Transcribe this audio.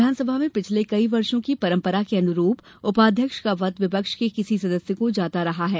विधानसभा में पिछले कई वर्षो की परंपरा के अनुरूप उपाध्यक्ष का पद विपक्ष के किसी सदस्य को जाता रहा है